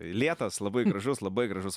lėtas labai gražus labai gražus